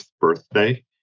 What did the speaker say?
birthday